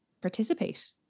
participate